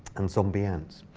and zombie ants.